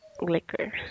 liquor